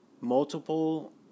multiple